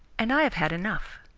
and i have had enough.